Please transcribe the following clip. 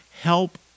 help